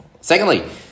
secondly